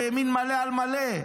בימין מלא על מלא,